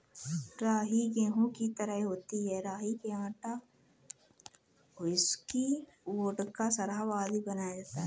राई गेहूं की तरह होती है राई से आटा, व्हिस्की, वोडका, शराब आदि बनाया जाता है